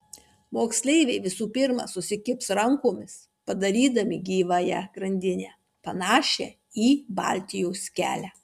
moksleiviai visų pirma susikibs rankomis padarydami gyvąją grandinę panašią į baltijos kelią